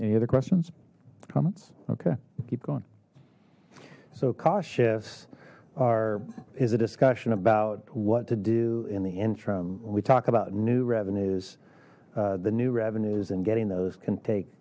any other questions comments okay keep going so cost chefs are is a discussion about what to do in the interim when we talk about new revenues the new revenues and getting those can